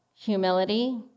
humility